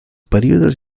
períodes